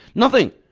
nothing.